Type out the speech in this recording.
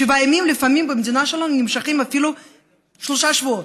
שבעה ימים במדינה שלנו נמשכים לפעמים אפילו שלושה שבועות.